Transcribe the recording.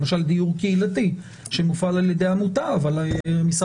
למשל דיור קהילתי שמופעל על ידי עמותה אבל המשרד